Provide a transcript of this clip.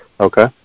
Okay